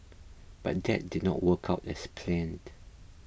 but that did not work out as planned